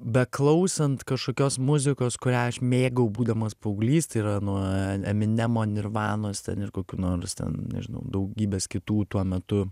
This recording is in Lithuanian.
beklausant kažkokios muzikos kurią aš mėgau būdamas paauglys tai yra nuo eminemo nirvanos ten ir kokių nors ten nežinau daugybės kitų tuo metu